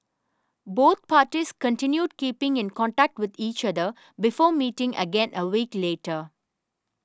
both parties continued keeping in contact with each other before meeting again a week later